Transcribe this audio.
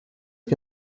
que